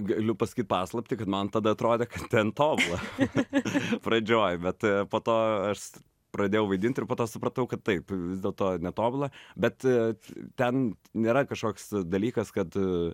galiu pasakyt paslaptį kad man tada atrodė kad ten tobula pradžioj bet po to aš pradėjau vaidint ir po to supratau kad taip vis dėlto netobula bet ten nėra kažkoks dalykas kad